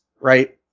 right